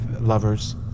lovers